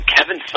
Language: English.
Kevin